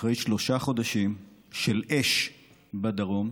אחרי שלושה חודשים של אש בדרום,